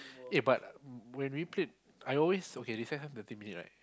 eh but when we played I always okay recess time thirty minute right